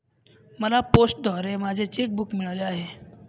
मला पोस्टाद्वारे माझे चेक बूक मिळाले आहे